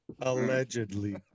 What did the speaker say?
Allegedly